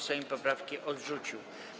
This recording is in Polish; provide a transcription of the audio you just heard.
Sejm poprawki odrzucił.